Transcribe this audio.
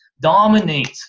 Dominate